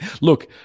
Look